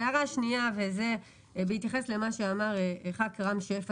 הערה שנייה וזה בהתייחס למה שאמר חבר הכנסת רם שפע.